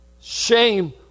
shame